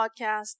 Podcast